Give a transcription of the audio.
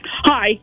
hi